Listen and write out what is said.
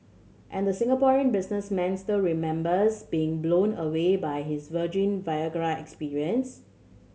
and the Singaporean businessman still remembers being blown away by his virgin Viagra experience